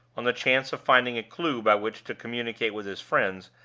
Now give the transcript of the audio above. on the chance of finding a clew by which to communicate with his friends,